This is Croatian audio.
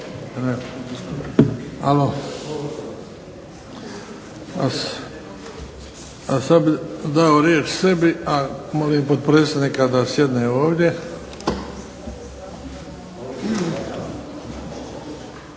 A sada bih dao riječ sebi. Molim potpredsjednika da sjedne ovdje.